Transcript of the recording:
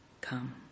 Come